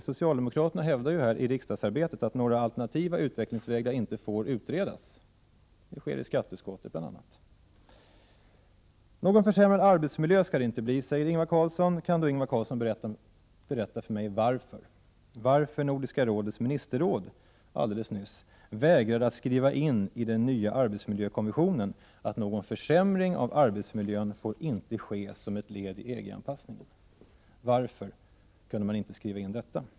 Socialdemokraterna hävdar ju i samband med arbetet i riksdagen att några alternativa utvecklingsvägar inte får utredas — jag tänker då bl.a. på skatteutskottet. Någon försämrad arbetsmiljö skall det inte bli enligt Ingvar Carlsson. Men kan då Ingvar Carlsson tala om för mig hur det kommer sig? Kan Ingvar Carlsson tala om varför Nordiska rådets ministerråd helt nyligen vägrade att skriva in i den nya arbetsmiljökonventionen att någon försämring av arbetsmiljön inte får ske som ett led i EG-anpassningen? Varför kunde man inte skriva in detta?